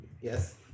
Yes